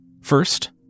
First